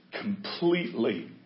completely